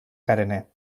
carener